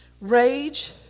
rage